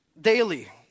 Daily